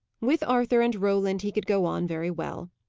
with arthur and roland, he could go on very well,